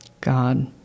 God